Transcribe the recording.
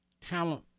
talent